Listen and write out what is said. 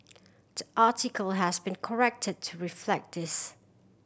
the article has been corrected to reflect this